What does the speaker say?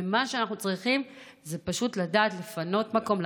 ומה שאנחנו צריכים זה לדעת לפנות מקום,